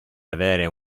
avere